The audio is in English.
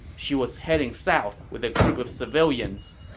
she was heading south with a group of civilians.